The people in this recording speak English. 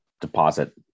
deposit